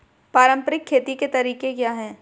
पारंपरिक खेती के तरीके क्या हैं?